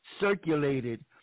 circulated